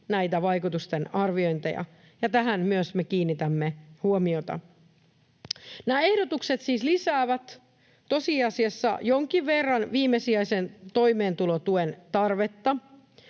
näitä vaikutusten arviointeja. Myös tähän me kiinnitämme huomiota. Nämä ehdotukset siis lisäävät tosiasiassa jonkin verran viimesijaisen toimeentulotuen tarvetta.